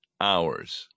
hours